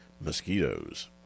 mosquitoes